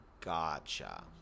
Gotcha